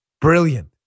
Brilliant